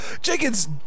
Jenkins